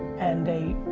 and a,